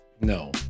No